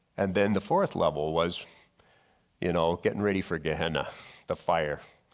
and then the fourth level was you know getting ready for gehenna the fire.